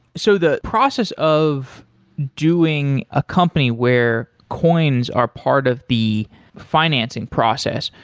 so the process of doing a company where coins are part of the financing process,